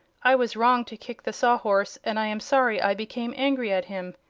i was wrong to kick the sawhorse, and i am sorry i became angry at him.